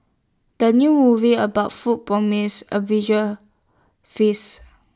the new movie about food promises A visual feast